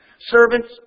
Servants